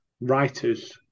writers